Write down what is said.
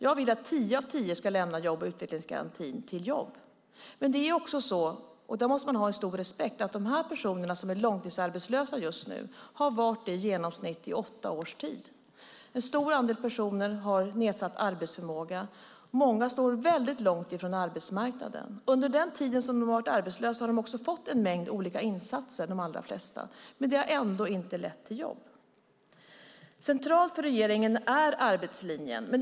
Jag vill att tio av tio ska lämna jobb och utvecklingsgarantin till jobb. Men det är också så, och det måste man ha stor respekt för, att de personer som är långtidsarbetslösa just nu har varit det i genomsnitt i åtta års tid. En stor andel personer har nedsatt arbetsförmåga. Många står väldigt långt från arbetsmarknaden. Under den tid som de har varit arbetslösa har de flesta också fått en mängd olika insatser. Men det har ändå inte lett till jobb. Centralt för regeringen är arbetslinjen.